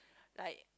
like